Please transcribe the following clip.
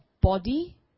body